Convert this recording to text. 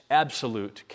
absolute